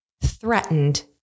threatened